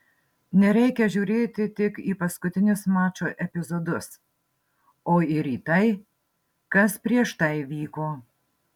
nereikia žiūrėti tik į paskutinius mačo epizodus o ir į tai kas prieš tai vyko